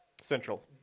central